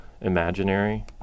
imaginary